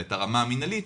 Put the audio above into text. אלא את הרמה המנהלית,